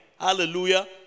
hallelujah